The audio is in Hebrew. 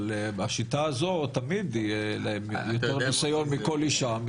אבל בשיטה הזו תמיד יהיה להם יותר ניסיון מלכל אשה,